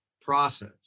process